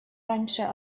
раньше